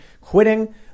quitting